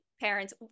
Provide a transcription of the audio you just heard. parents